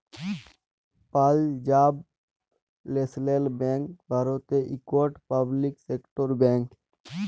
Punjab national bank ভারতের ইকট public sector bank